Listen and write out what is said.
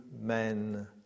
men